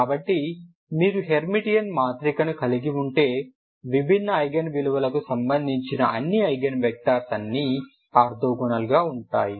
కాబట్టి మీరు హెర్మిటియన్ మాత్రికను కలిగి ఉంటే విభిన్న ఐగెన్ విలువలకు సంబంధించిన అన్ని ఐగెన్ వెక్టర్స్ అన్నీ ఆర్తోగోనల్ గా ఉంటాయి